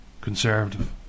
conservative